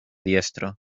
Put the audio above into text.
diestro